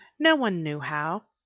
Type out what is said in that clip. no one knew how!